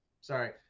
Sorry